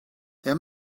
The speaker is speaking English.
there